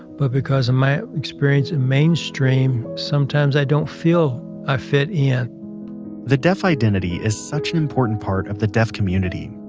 but because of my experience in mainstream, sometimes i don't feel i fit in the deaf identity is such an important part of the deaf community.